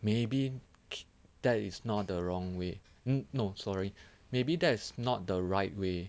maybe that is not the wrong way no sorry maybe that's not the right way